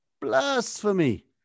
blasphemy